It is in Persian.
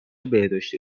بهداشتی